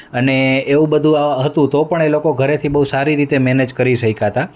અને એવું બધુ હતું તો પણ એ લોકો ઘરેથી બહુ સારી રીતે મેનેજ કરી શક્યા તા